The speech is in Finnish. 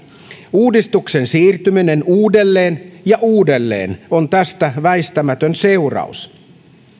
uudistuksen siirtyminen uudelleen ja uudelleen on tästä väistämätön seuraus